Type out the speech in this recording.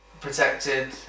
protected